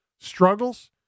struggles